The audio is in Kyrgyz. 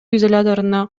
изоляторуна